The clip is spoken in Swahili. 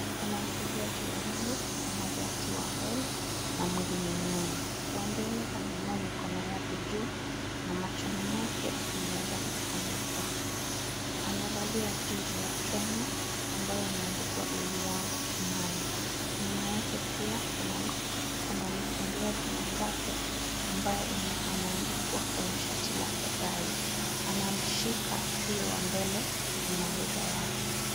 Kuna wakimbiaji wawili, mmoja akiwa mbele na mwingine nyuma. Wa mbele anainua mikono yake juu na machoni mwake yameweza kufunikwa. Amevalia jezi ya Kenya ambayo imeandikwa "allianz Kimani". Nyuma yake pia kuna mkimbiaji mwenzake ambaye ameandikwa kwenye shati lake " Guide . Anamshika huyu wa mbele kwenye mabega yake.